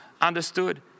understood